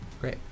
Great